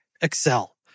Excel